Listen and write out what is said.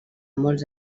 molts